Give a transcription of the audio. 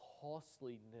costliness